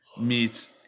meets